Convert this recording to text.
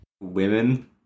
Women